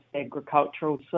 agricultural